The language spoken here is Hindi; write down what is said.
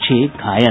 छह घायल